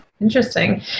Interesting